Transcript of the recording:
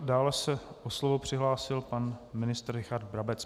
Dále se o slovo přihlásil ministr Richard Brabec.